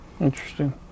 Interesting